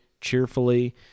cheerfully